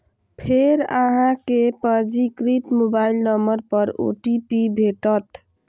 फेर अहां कें पंजीकृत मोबाइल नंबर पर ओ.टी.पी भेटत